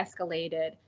escalated